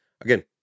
Again